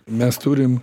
mes turim